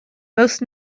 most